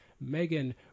Megan